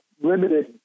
limited